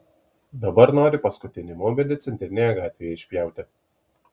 dabar nori paskutinį maumedį centrinėje gatvėje išpjauti